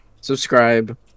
Subscribe